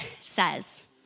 says